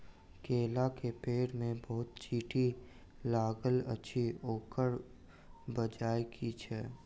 केला केँ पेड़ मे बहुत चींटी लागल अछि, ओकर बजय की छै?